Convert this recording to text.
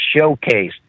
showcased